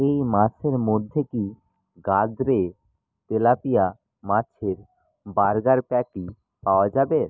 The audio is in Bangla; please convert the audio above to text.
এই মাসের মধ্যে কি গাদ্রে তেলাপিয়া মাছের বার্গার প্যাটি পাওয়া যাবে